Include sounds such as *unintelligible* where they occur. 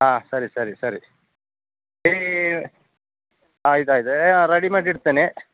ಹಾಂ ಸರಿ ಸರಿ ಸರಿ *unintelligible* ರೆಡಿ ಮಾಡಿ ಇಡ್ತೇನೆ